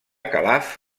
calaf